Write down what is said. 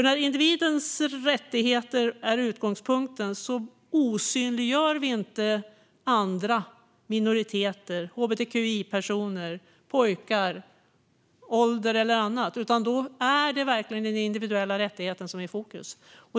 När individens rättigheter är utgångspunkten osynliggör vi inte olika minoriteter, såsom hbtqi-personer, pojkar eller personer med en viss ålder, utan då är det verkligen den individuella rättigheten som är i fokus.